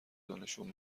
دونشون